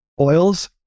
oils